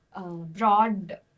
broad